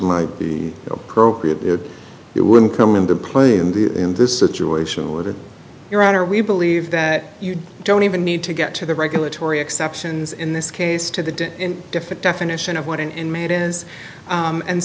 might be appropriate it wouldn't come into play in the in this situation or that your honor we believe that you don't even need to get to the regulatory exceptions in this case to the different definition of what an